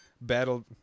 battle